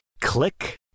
Click